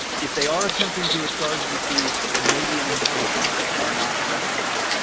if they are attempting to charge you fees, it may be an indication that they are not reputable.